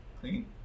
clean